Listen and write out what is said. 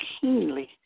keenly